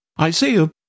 Isaiah